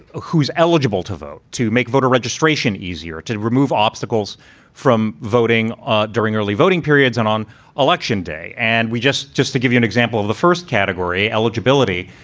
who's eligible to vote to make voter registration easier, to remove obstacles from voting during early voting periods and on election day. and we just. just to give you an example of the first category eligibility.